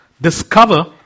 discover